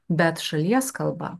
bet šalies kalba